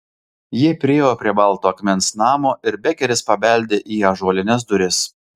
jie priėjo prie balto akmens namo ir bekeris pabeldė į ąžuolines duris